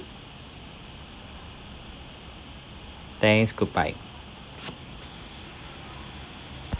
thanks goodbye